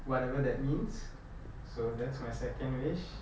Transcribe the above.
whatever that means so that's my second wish